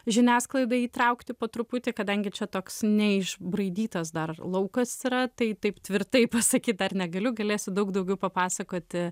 žiniasklaida įtraukti po truputį kadangi čia toks neišbraidytas dar laukas yra tai taip tvirtai pasakyt dar negaliu galėsiu daug daugiau papasakoti